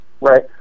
Right